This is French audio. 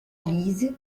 lise